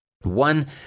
One